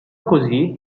così